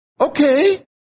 Okay